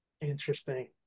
Interesting